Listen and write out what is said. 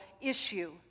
issue